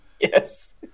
Yes